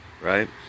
right